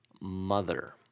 Mother